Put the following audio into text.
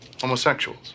homosexuals